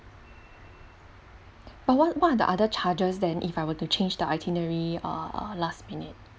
but what what are the other charges then if I were to change the itinerary uh last minute